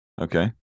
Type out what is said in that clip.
Okay